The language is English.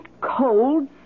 cold